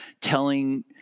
telling